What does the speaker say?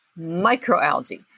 microalgae